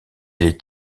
est